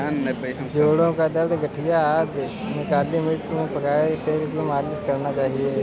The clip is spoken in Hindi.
जोड़ों का दर्द, गठिया आदि में काली मिर्च में पकाए तेल की मालिश करना चाहिए